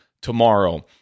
tomorrow